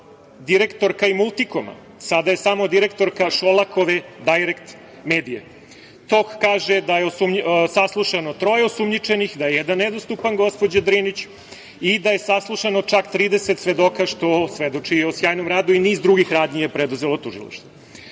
direktora i „Multikoma“, sada je samo direktora Šolakove „Dajrekt medije“. TOK kaže da je saslušano troje osumnjičenih, da je jedan nedostupan, gospođa Drinić, i da je saslušano čak 30 svedoka, što svedoči o sjajnom radu i niz drugih radnji je preduzelo tužilaštvo,